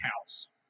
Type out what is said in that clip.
house